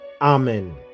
Amen